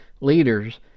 leaders